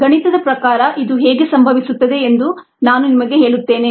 ಗಣಿತದ ಪ್ರಕಾರ ಇದು ಹೇಗೆ ಸಂಭವಿಸುತ್ತದೆ ಎಂದು ನಾನು ನಿಮಗೆ ಹೇಳುತ್ತೇನೆ